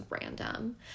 random